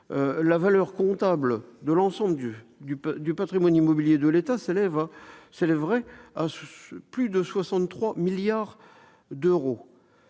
la valeur comptable de l'ensemble du patrimoine immobilier de l'État dépasserait 63 milliards d'euros,